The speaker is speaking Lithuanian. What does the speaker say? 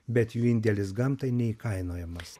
bet jų indėlis gamtai neįkainojamas